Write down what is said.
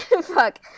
Fuck